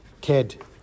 kid